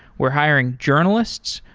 we're hiring journalists.